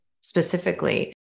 specifically